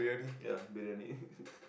ya Briyani